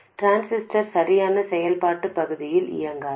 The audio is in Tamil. டிரான்சிஸ்டர் சரியான செயல்பாட்டு பகுதியில் இயங்காது